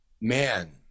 man